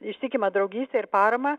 ištikimą draugystę ir paramą